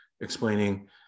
explaining